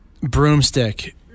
broomstick